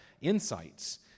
insights